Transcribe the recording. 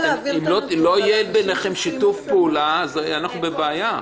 אם לא יהיה ביניכם שיתוף פעולה אנחנו בבעיה.